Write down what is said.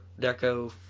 deco